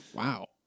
Wow